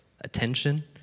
attention